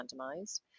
randomized